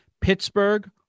Pittsburgh